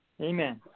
Amen